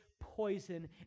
poison